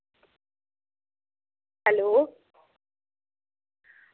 hello